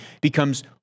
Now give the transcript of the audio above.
becomes